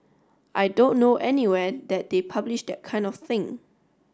I don't know anywhere that they publish that kind of thing